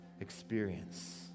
experience